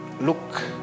look